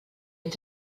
ens